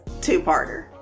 two-parter